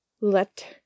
Let